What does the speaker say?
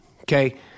okay